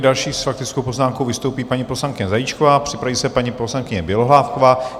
Další s faktickou poznámkou vystoupí paní poslankyně Zajíčková, připraví se paní poslankyně Bělohlávková.